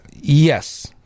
yes